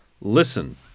Listen